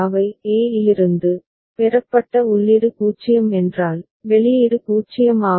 A இலிருந்து பெறப்பட்ட உள்ளீடு 0 என்றால் வெளியீடு 0 ஆகும்